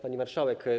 Pani Marszałek!